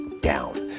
down